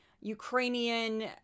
Ukrainian